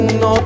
no